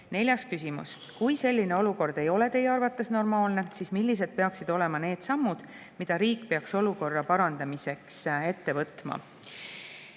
Neljas küsimus: "Kui selline olukord ei ole teie arvates normaalne, siis millised peaksid olema need sammud, mida riik peaks olukorra parandamiseks ette võtma?"